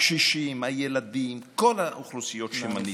הקשישים, הילדים, כל האוכלוסיות שמניתי,